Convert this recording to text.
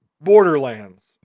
Borderlands